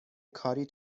کاری